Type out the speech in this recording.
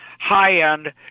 high-end